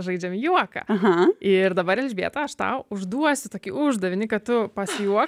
žaidžiam juoką aha ir dabar elžbieta aš tau užduosiu tokį uždavinį kad tu pasijuok